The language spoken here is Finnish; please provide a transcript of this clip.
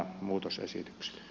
arvoisa puhemies